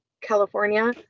california